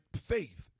faith